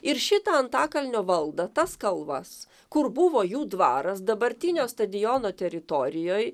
ir šitą antakalnio valdą tas kalvas kur buvo jų dvaras dabartinio stadiono teritorijoj